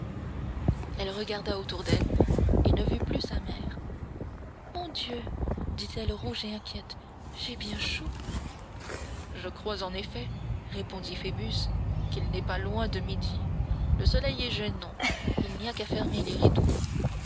elle regarda autour d'elle et ne vit plus sa mère mon dieu dit-elle rouge et inquiète j'ai bien chaud je crois en effet répondit phoebus qu'il n'est pas loin de midi le soleil est gênant il n'y a qu'à fermer les rideaux